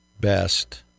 best